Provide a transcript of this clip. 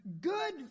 good